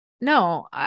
No